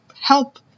help